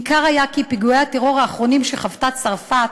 ניכר היה כי פיגועי הטרור האחרונים שחוותה צרפת,